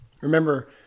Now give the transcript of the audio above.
Remember